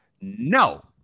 no